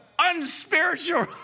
unspiritual